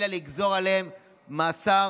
אלא לגזור עליהם מאסר